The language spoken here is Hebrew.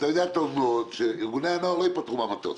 אתה יודע טוב מאוד שבעיות ארגוני הנוער לא ייפטרו מהמטוס,